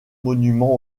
monuments